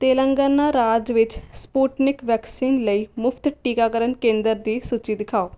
ਤੇਲੰਗਾਨਾ ਰਾਜ ਵਿੱਚ Sputnik vaccine ਲਈ ਮੁਫ਼ਤ ਟੀਕਾਕਰਨ ਕੇਂਦਰ ਦੀ ਸੂਚੀ ਦਿਖਾਓ